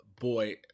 boy